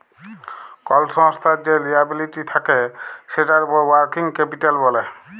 call সংস্থার যে liability থাক্যে সেটার উপর ওয়ার্কিং ক্যাপিটাল ব্যলে